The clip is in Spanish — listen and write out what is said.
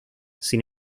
sin